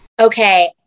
Okay